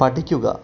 പഠിക്കുക